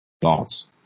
Thoughts